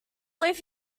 loaf